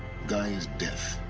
gaia's death.